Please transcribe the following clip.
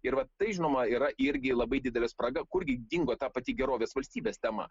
ir vat tai žinoma yra irgi labai didelė spraga kur dingo ta pati gerovės valstybės tema